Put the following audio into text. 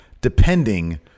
depending